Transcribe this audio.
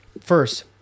first